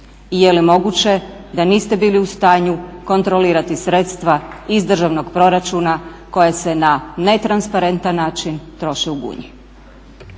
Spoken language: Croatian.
i je li moguće da niste bili u stanju kontrolirati sredstva iz državnog proračuna koja se na netransparentan način troše u Gunji?